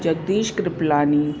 Jagdish Kripalani